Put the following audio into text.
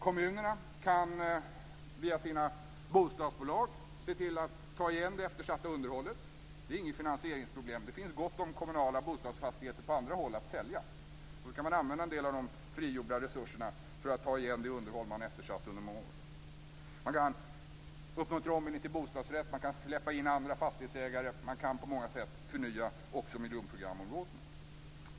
Kommunerna kan via sina bostadsbolag se till att ta igen det eftersatta underhållet. Det är inte något finansieringsproblem. Det finns gott om kommunala bostadsfastigheter på andra håll att sälja, och så kan man använda en del av de frigjorda resurserna för att ta igen det underhåll man eftersatt under många år. Man kan uppmuntra ombildningen till bostadsrätt. Man kan släppa in andra fastighetsägare. Man kan på många sätt förnya också miljonprogramområdena.